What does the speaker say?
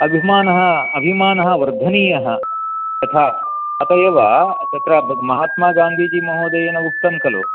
अभिमानः अभिमानः वर्धनीयः तथा अतः एव तत्र महात्मागान्धिजीमहोदयेन उक्तं खलु